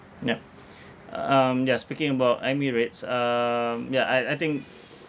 yup uh um ya speaking about Emirates um ya I I think